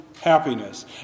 Happiness